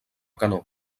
canó